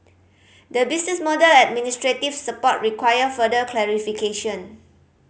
the business model and administrative support require further clarification